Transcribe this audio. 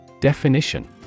Definition